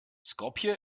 skopje